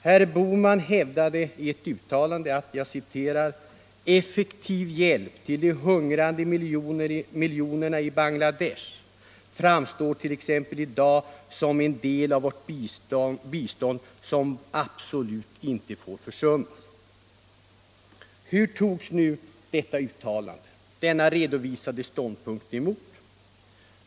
Herr Bohman hävdade i ett uttalande att ”effektiv hjälp till de hungrande miljonerna i Bangladesh framstår t.ex. i dag som en del av vårt bistånd som absolut inte får försummas”. Hur togs nu detta uttalande, denna redovisade ståndpunkt emot?